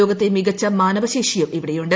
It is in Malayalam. ലോകത്തെ മികച്ച മാനവശേഷിയും ഇവിടെയുണ്ട്